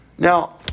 Now